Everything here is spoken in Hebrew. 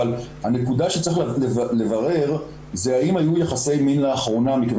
אבל הנקודה שצריך לברר זה האם היו יחסי מין לאחרונה מכיוון